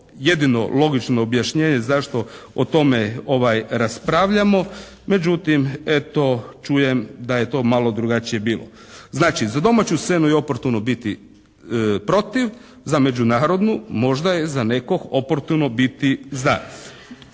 jedino logično objašnjenje zašto o tome raspravljamo, međutim eto čujem da je to malo drugačije bilo. Znači za domaću scenu je oportuno biti protiv. Za međunarodnu možda je za nekog oportuno biti za.